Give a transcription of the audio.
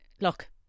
Look